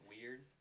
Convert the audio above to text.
weird